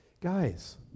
guys